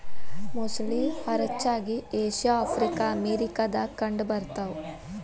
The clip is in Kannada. ಮೊಸಳಿ ಹರಚ್ಚಾಗಿ ಏಷ್ಯಾ ಆಫ್ರಿಕಾ ಅಮೇರಿಕಾ ದಾಗ ಕಂಡ ಬರತಾವ